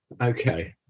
okay